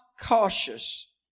cautious